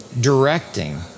directing